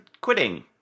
quitting